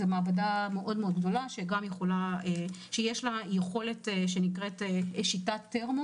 זאת מעבדה מאוד גדולה שיש לה יכולת שנקראת שיטת תרמו